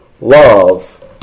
love